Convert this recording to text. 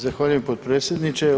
Zahvaljujem potpredsjedniče.